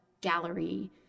Gallery